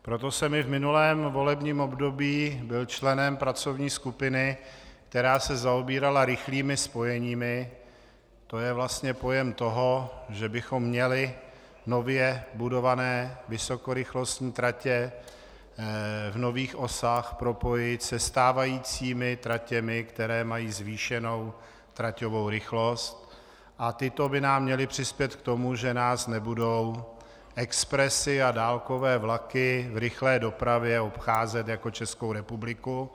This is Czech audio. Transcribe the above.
Proto jsem i v minulém volebním období byl členem pracovní skupiny, která se zaobírala rychlými spojeními, to je vlastně pojem toho, že bychom měli nově budované vysokorychlostní tratě v nových trasách propojit se stávajícími tratěmi, které mají zvýšenou traťovou rychlost, a tyto by nám měly přispět k tomu, že nás nebudou expresy a dálkové vlaky v rychlé dopravě jako Českou republiku obcházet.